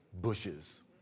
bushes